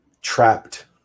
trapped